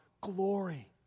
glory